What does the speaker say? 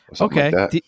Okay